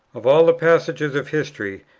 of all passages of history,